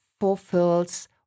fulfills